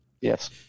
Yes